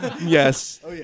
Yes